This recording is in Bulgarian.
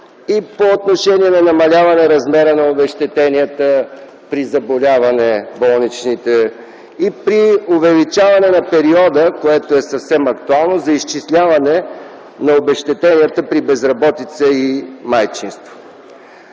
и по отношение намаляване размера на обезщетенията при заболяване – болничните; и при увеличаване на периода, което е съвсем актуално, за изчисляване на обезщетенията при безработица и майчинство.